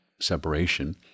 separation